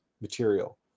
material